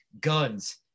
guns